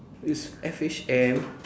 it's F_H_M